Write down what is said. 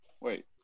Wait